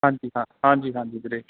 ਹਾਂਜੀ ਹਾਂ ਹਾਂਜੀ ਹਾਂਜੀ ਵੀਰੇ